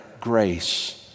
grace